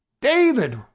david